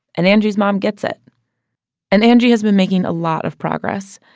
and angie's mom gets it and angie has been making a lot of progress.